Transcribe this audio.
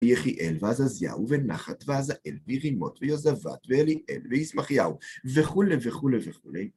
ויחיאל ועזזיהו ונחת ועזהאל וירימות ויוזבת ואליאל ויסמכיהו וכולי וכולי וכולי